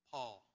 Paul